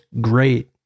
great